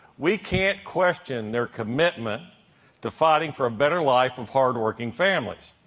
we can't question their commitment to fighting for a better life of hard-working families.